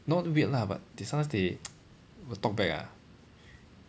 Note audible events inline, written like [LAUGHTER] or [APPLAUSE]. not weird lah but they sometimes they [NOISE] will talk back ah